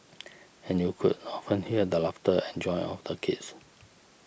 and you could often hear the laughter and joy of the kids